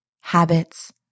habits